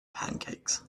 pancakes